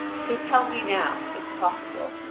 so tell me now, if possible,